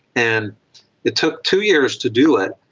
and it took two years to do it,